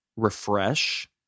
refresh